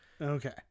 Okay